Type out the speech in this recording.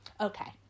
okay